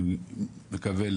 אני מקווה,